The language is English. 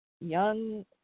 young